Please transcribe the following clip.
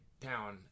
town